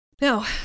now